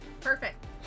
Perfect